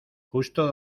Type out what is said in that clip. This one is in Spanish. justo